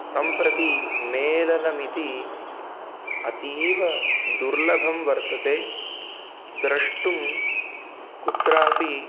सम्प्रति मेलनम् इति अतीव दुर्लभं वर्तते द्रष्टुं कुत्रापि